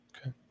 Okay